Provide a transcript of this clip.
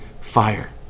fire